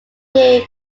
near